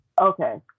Okay